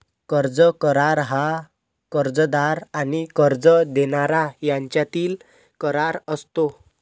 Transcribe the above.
कर्ज करार हा कर्जदार आणि कर्ज देणारा यांच्यातील करार असतो